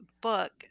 book